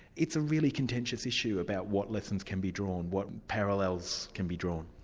it's a really contentious issue about what lessons can be drawn, what parallels can be drawn.